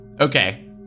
okay